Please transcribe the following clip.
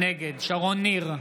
נגד שרון ניר,